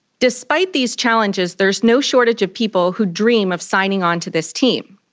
despite these challenges, there's no shortage of people who dream of signing on to this team.